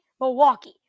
milwaukee